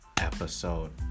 episode